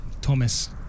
Thomas